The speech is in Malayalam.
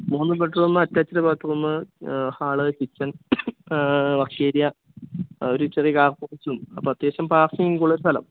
മൂന്ന് bedroom attached bathroom hall kitchen work area ആ ഒരു ചെറിയ കാർ പോർച്ചും അപ്പം അത്യാവശ്യം പാർക്കിങ്ങുള്ള ഒരു സ്ഥലം